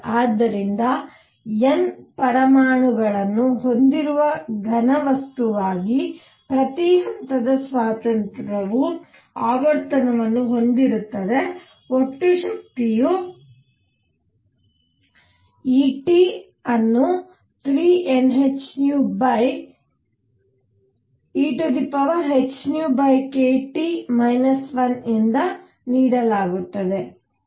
ಆದ್ದರಿಂದ N ಪರಮಾಣುಗಳನ್ನು ಹೊಂದಿರುವ ಘನವಸ್ತುಗಾಗಿ ಪ್ರತಿ ಹಂತದ ಸ್ವಾತಂತ್ರ್ಯವು ಆವರ್ತನವನ್ನು ಹೊಂದಿರುತ್ತದೆ ಒಟ್ಟು ಶಕ್ತಿಯ E ಅನ್ನು 3NhehνkT 1 ನಿಂದ ನೀಡಲಾಗುತ್ತದೆ